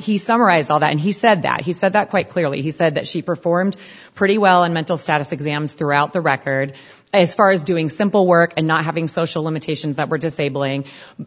he summarized all that and he said that he said that quite clearly he said that she performed pretty well in mental status exams throughout the record as far as doing simple work and not having social limitations that words stabling